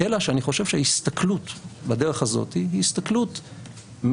אלא שאני חושב שההסתכלות בדרך הזאת היא הסתכלות מסוימת,